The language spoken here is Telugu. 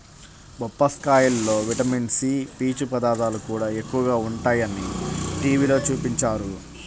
బొప్పాస్కాయలో విటమిన్ సి, పీచు పదార్థాలు కూడా ఎక్కువగా ఉంటయ్యని టీవీలో చూపించారు